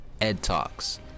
EdTalks